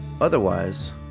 Otherwise